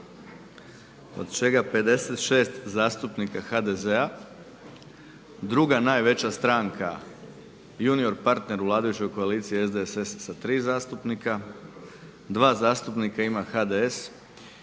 od čega 56 zastupnika HDZ-a, druga najveća stranka junior partner u vladajući koaliciji SDSS-a sa 3 zastupnika, 2 zastupnika ima HDS